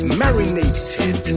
marinated